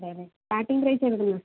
അതെ അതെ starting price